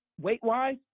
weight-wise